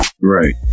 Right